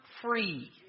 free